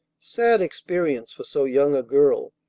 sad experience for so young a girl.